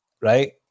Right